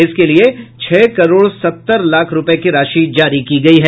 इसके लिये छह करोड़ सत्तर लाख रूपये की राशि जारी की गयी है